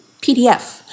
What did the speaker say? PDF